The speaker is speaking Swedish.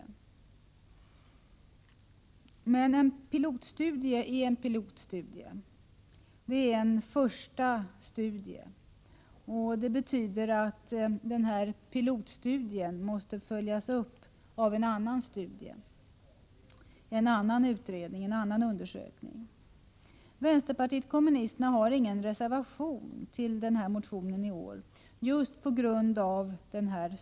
Men en pilotstudie är en pilotstudie, dvs. en första undersökning. Det betyder att den borde följas av en annan studie, en annan utredning. Vpk har i år just på grund av denna studie ingen reservation i anslutning till sin motion.